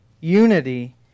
Unity